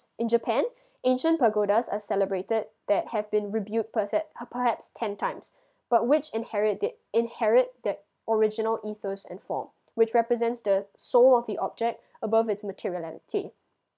in japan ancient pagodas are celebrated that have been rebuild perh~ p~ perhaps ten times but which inherited inherited that original ethos and form which represents the soul of the object above it's materiality